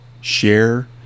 share